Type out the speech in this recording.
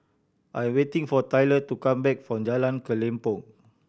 I waiting for Tyler to come back from Jalan Kelempong